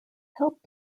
help